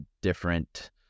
different